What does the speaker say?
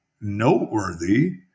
noteworthy